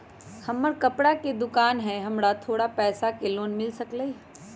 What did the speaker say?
हमर कपड़ा के दुकान है हमरा थोड़ा पैसा के लोन मिल सकलई ह?